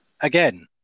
Again